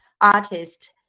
artist